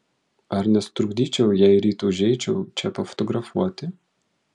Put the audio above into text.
ar nesutrukdyčiau jei ryt užeičiau čia pafotografuoti